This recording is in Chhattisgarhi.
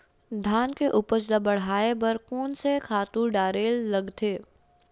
धान के उपज ल बढ़ाये बर कोन से खातु डारेल लगथे?